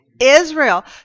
Israel